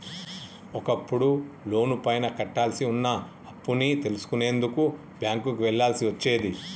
ఒకప్పుడు లోనుపైన కట్టాల్సి వున్న అప్పుని తెలుసుకునేందుకు బ్యేంకుకి వెళ్ళాల్సి వచ్చేది